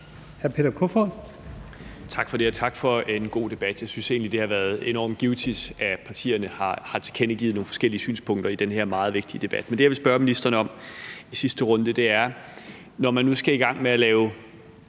Peter Kofod (DF): Tak for det, og tak for en god debat. Jeg synes egentlig, at det har været enormt givtigt, at partierne har tilkendegivet nogle forskellige synspunkter i den her meget vigtige debat. Jeg vil spørge ministeren om noget her i sidste runde. Når man nu skal i gang med at lave